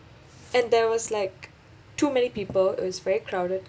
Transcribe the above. and there was like too many people it was very crowded